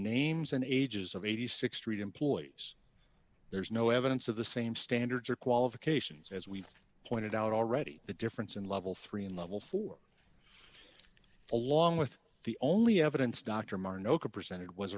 names and ages of eighty six dollars street employees there's no evidence of the same standards or qualifications as we've pointed out already the difference in level three and level four along with the only evidence dr martin ok presented w